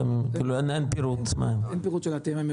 אין פירוט של הטעמים המיוחדים.